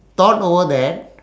thought over that